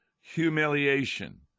humiliation